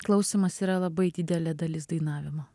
klausymas yra labai didelė dalis dainavimo